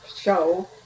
show